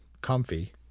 comfy